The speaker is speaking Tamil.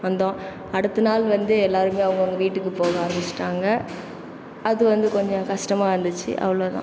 வந்தோம் அடுத்த நாள் வந்து எல்லாருமே அவங்கவங்க வீட்டுக்கு போக ஆரம்பிச்சுவிட்டாங்க அது வந்து கொஞ்சம் கஷ்டமாக இருந்துச்சு அவ்ளோ தான்